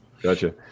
Gotcha